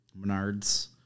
Menards